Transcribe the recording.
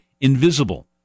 invisible